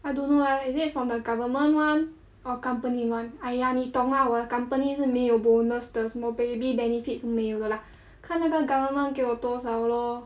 I don't know eh is it from the government [one] or company [one] !aiya! 你懂 ah 我的 company 是没有 bonus 的什么 baby benefits 没有的 lah 看那个 government 给我多少 lor